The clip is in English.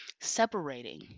separating